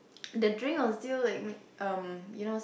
the drink will still like um you know